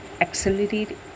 accelerate